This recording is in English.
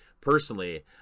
personally